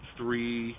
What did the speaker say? three